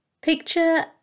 Picture